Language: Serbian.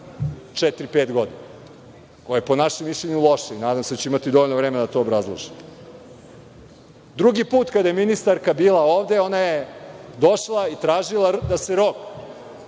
pet godina, koja je po našem mišljenju loše i nadam se da ću imati dovoljno vremena da to obrazložim. Drugi put kada je ministarka bila ovde ona je došla i tražila da se rok